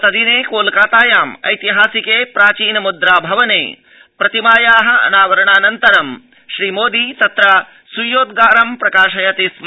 गतदिने कोलकातायाम् ऐतिहासिके प्राचीनमुद्रा भवने प्रतिमाया अनावरणाऽनन्तरं श्रीमोदी तत्र स्वीयोद्रारं प्रकटयति स्म